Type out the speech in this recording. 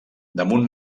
damunt